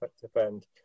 defend